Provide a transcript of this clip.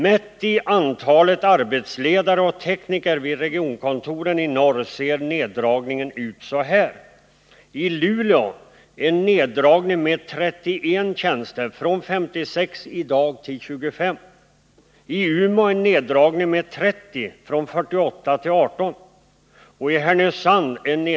Mätt i antal arbetsledare och tekniker vid regionkontoren i norr ser neddragningen ut så här.